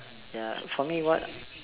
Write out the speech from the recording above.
ya for me what